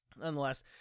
Nonetheless